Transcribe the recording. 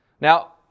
Now